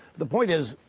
the point is,